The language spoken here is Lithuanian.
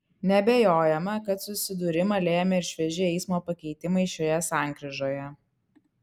neabejojama kad susidūrimą lėmė ir švieži eismo pakeitimai šioje sankryžoje